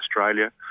Australia